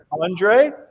Andre